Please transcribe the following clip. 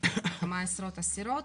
כמה עשרות אסירות,